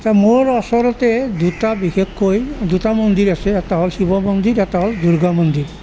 এতিয়া মোৰ আচলতে দুটা বিশেষকৈ দুটা মন্দিৰ আছে এটা হ'ল শিৱ মন্দিৰ এটা হ'ল দুৰ্গা মন্দিৰ